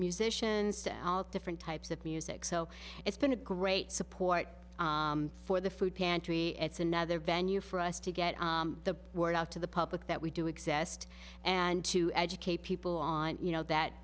musicians to different types of music so it's been a great support for the food pantry it's another venue for us to get the word out to the public that we do exist and to educate people on you know that